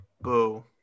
Boo